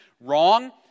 wrong